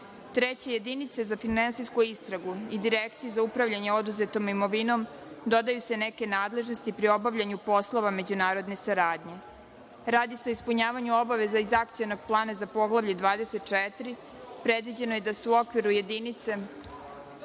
jedinici za finansijsku istragu i Direkciji za upravljanje oduzetom imovinom dodaju se neke nadležnosti pri obavljanju poslova međunarodne saradnje. Radi se o ispunjavanju obaveza iz akcionog plana za Poglavlje 24. Predviđeno je da se u okviru jedinice